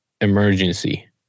emergency